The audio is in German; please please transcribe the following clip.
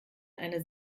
eine